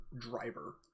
driver